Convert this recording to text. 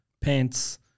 pants